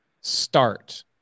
start